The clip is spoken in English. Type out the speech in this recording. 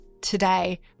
today